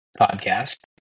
podcast